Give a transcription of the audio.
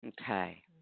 Okay